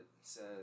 says